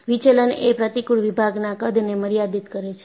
વિચલન એ પ્રતિકુળ વિભાગના કદને મર્યાદિત કરે છે